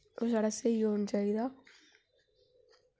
ओह् साढ़ा स्हेई होना चाहिदा